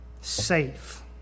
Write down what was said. safe